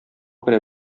күрә